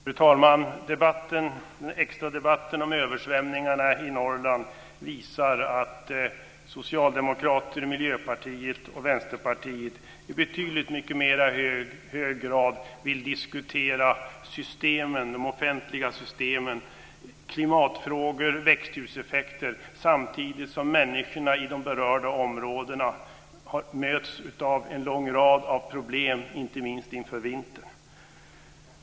Fru talman! Den extra debatten om översvämningarna i Norrland visar att Socialdemokraterna, Miljöpartiet och Vänsterpartiet i betydligt högre grad vill diskutera de offentliga systemen, klimatfrågor och växthuseffekter. Samtidigt möts människorna i de berörda områdena av en lång rad av problem, inte minst inför vintern.